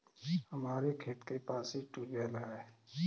हमारे खेत के पास ही ट्यूबवेल है